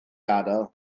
gadael